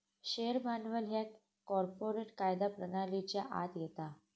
share भांडवल ह्या corporate कायदा प्रणालीच्या आत येता